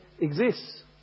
exists